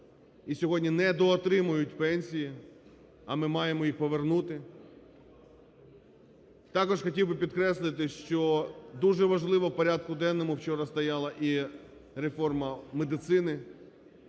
і сьогодні недоотримують пенсії, а ми маємо їх повернути. Також хотів би підкреслити, що дуже важливо, в порядку денному вчора стояла і реформа медицини,